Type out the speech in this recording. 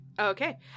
Okay